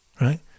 right